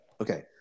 Okay